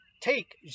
take